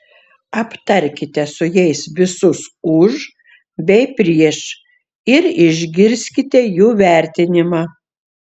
aptarkite su jais visus už bei prieš ir išgirskite jų vertinimą